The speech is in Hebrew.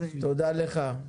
תודה לך.